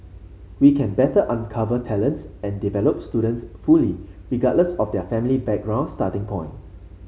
we can better uncover talents and develop students fully regardless of their family background starting point